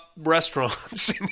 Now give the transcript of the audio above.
restaurants